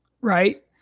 Right